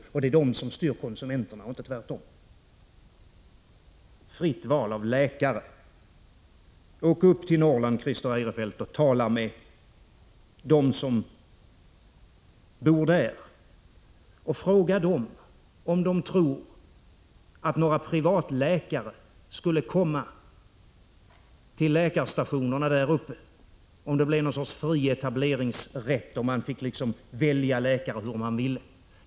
Det är dessa avtal som styr konsumenterna, inte tvärtom! Fritt val av läkare talar Christer Eirefelt om. Åk upp till Norrland, Christer Eirefelt, och tala med dem som bor där och fråga dem om de tror att några privatläkare skulle komma till läkarstationerna där uppe om det blev fri etablering och man fick välja läkare hur man ville.